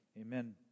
amen